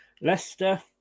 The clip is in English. Leicester